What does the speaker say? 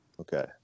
Okay